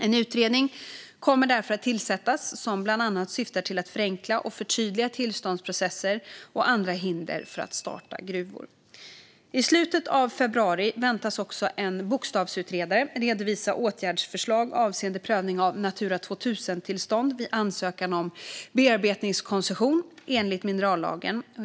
En utredning kommer därför att behöva tillsättas för att förenkla och förtydliga tillståndsprocesser och andra hinder för att starta gruvor. I slutet av februari väntas också en bokstavsutredare redovisa åtgärdsförslag avseende prövning av Natura 2000-tillstånd vid ansökan om bearbetningskoncession enligt minerallagen.